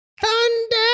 Thunder